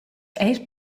eir